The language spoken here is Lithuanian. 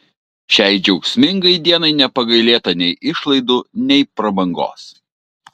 šiai džiaugsmingai dienai nepagailėta nei išlaidų nei prabangos